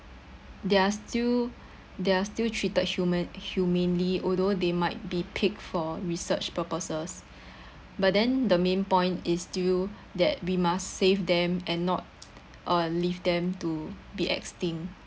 they're still they're still treated human humanely although they might be picked for research purposes but then the main point is still that we must save them and not uh leave them to be extinct